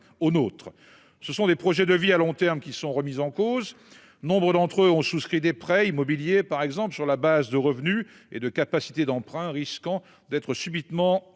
au nôtre. Ce sont des projets de vie à long terme qui sont remises en cause. Nombre d'entre eux ont souscrit des prêts immobiliers par exemple sur la base de revenus et de capacité d'emprunt risquant d'être subitement